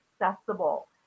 accessible